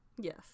Yes